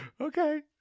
Okay